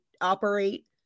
operate